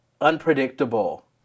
unpredictable